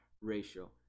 ratio